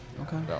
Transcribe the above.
Okay